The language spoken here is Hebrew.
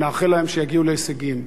ונאחל להם שיגיעו להישגים.